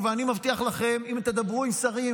אבל אני מבטיח לכם שאם תדברו עם שרים